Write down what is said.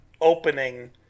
opening